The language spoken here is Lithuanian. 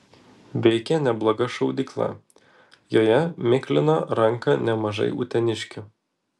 veikė nebloga šaudykla joje miklino ranką nemažai uteniškių